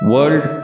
World